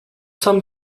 some